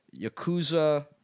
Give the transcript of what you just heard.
Yakuza